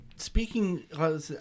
Speaking